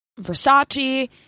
Versace